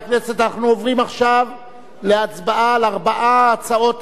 אנחנו עוברים עכשיו להצבעה על ארבע הצעות אי-אמון.